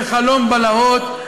זה חלום בלהות,